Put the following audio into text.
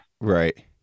Right